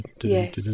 Yes